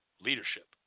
leadership